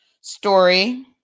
story